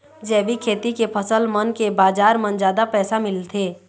जैविक खेती के फसल मन के बाजार म जादा पैसा मिलथे